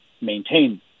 maintain